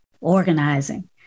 organizing